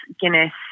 Guinness